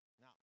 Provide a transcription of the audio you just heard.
Now